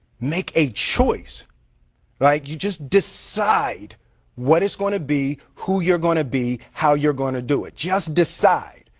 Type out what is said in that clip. make a choice like you just decide what is gonna be, who you are gonna be, how you are gonna do it. just decide.